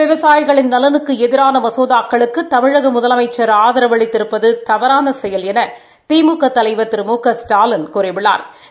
விவசாயிகளின் நலனுக்கு எதிரான மசோதாக்களுக்கு தமிழக முதலமைச்ச் ஆதரவு அளித்திருப்பது தவறான செயல் என திமுக தலைவா் திரு மு கஸ்டாலின் கூறியுள்ளாா்